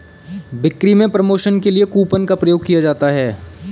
बिक्री में प्रमोशन के लिए कूपन का प्रयोग किया जाता है